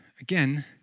again